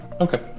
Okay